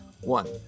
One